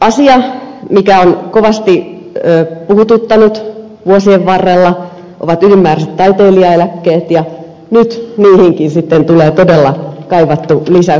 asia mikä on kovasti puhututtanut vuosien varrella ovat ylimääräiset taiteilijaeläkkeet ja nyt niihinkin sitten tulee todella kaivattu lisäys